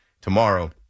tomorrow